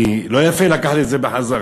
כי לא יפה לקחת את זה בחזרה.